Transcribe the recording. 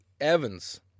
Evans